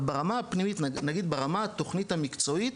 אבל ברמה הפנימית, נגיד ברמת התוכנית המקצועית,